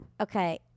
Okay